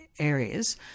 areas